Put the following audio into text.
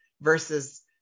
versus